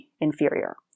inferior